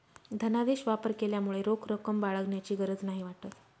धनादेश वापर केल्यामुळे रोख रक्कम बाळगण्याची गरज नाही वाटत